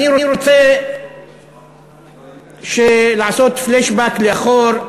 אני רוצה לעשות flashback לאחור,